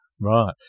Right